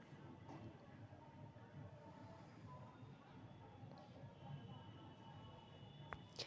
प्रधानमंत्री फसल बीमा योजना के भीतरी किसान सब के फसलवन के नुकसान के भरपाई कइल जाहई